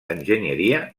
enginyeria